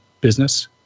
business